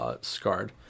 scarred